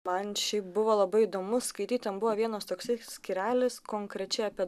man šiaip buvo labai įdomu skaityt ten buvo vienas toksai skyrelis konkrečiai apie